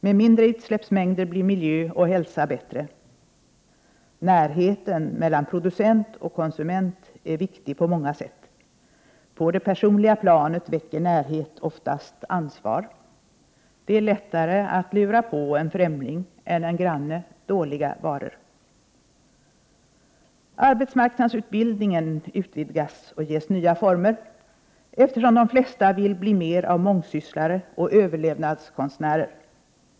Med mindre utsläppsmängder blir miljö och hälsa bättre. Närheten mellan producent och konsument är viktig på många sätt. På det personliga planet väcker närhet oftast ansvar; det är lättare att lura på en främling än en granne dåliga varor. Arbetsmarknadsutbildningen utvidgas och ges nya former, eftersom de flesta vill bli mer av mångsysslare och överlevnadskonstnärer.